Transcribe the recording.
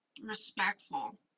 respectful